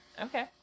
okay